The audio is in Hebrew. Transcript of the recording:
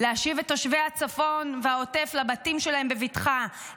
להשיב את תושבי הצפון והעוטף לבתים שלהם בבטחה,